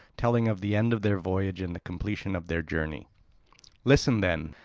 telling of the end of their voyage and the completion of their journey listen then.